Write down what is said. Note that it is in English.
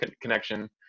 connection